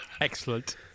Excellent